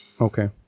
Okay